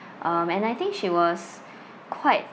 um and I think she was quite